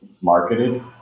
marketed